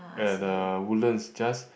at uh Woodlands just